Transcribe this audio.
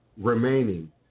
remaining